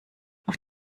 auf